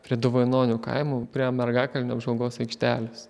prie dovainonių kaimo prie mergakalnio apžvalgos aikštelės